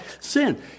sin